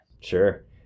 Sure